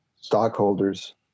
stockholders